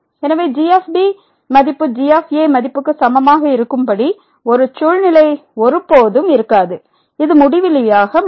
எனவே g மதிப்புg மதிப்புக்கு சமமாக இருக்கும்படி ஒரு சூழ்நிலை ஒருபோதும் இருக்காது இது முடிவிலியாக மாறும்